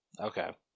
Okay